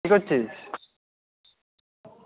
কী করছিস